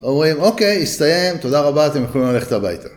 הורים, אוקיי, הסתיים, תודה רבה, אתם יכולים ללכת הביתה.